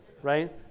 right